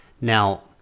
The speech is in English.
now